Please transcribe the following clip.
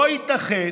לא ייתכן